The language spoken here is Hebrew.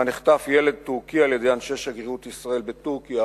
בערוץ מסחרי שבה נחטף ילד טורקי על-ידי אנשי שגרירות ישראל בטורקיה.